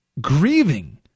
grieving